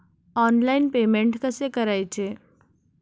Online payment कसे करायचे?